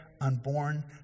unborn